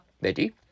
Betty